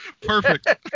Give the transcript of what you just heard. perfect